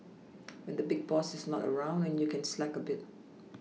when the big boss is not around and you can slack a bit